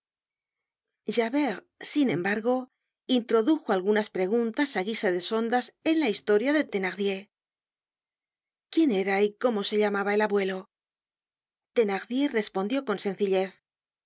at javert sin embargo introdujo algunas preguntas á guisa de sondas en la historia de thenardier quién era y cómo se llamaba el abuelo thenardier respondió con sencillez